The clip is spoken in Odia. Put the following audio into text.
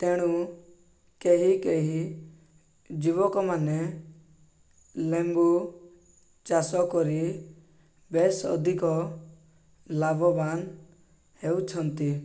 ତେଣୁ କେହି କେହି ଯୁବକମାନେ ଲେମ୍ବୁ ଚାଷ କରି ବେଶ ଅଧିକ ଲାଭବାନ ହେଉଛନ୍ତି